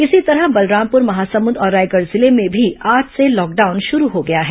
इसी तरह बलरामपुर महासमुंद और रायगढ़ जिले में भी आज से लॉकडाउन शुरू हो गया है